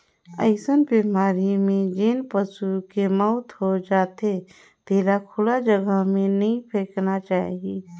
अइसन बेमारी में जेन पसू के मउत हो जाथे तेला खुल्ला जघा में नइ फेकना चाही